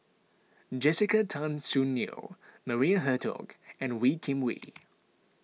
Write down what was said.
Jessica Tan Soon Neo Maria Hertogh and Wee Kim Wee